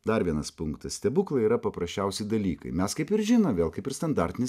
dar vienas punktas stebuklai yra paprasčiausi dalykai mes kaip ir žinom vėl kaip ir standartinis